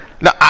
No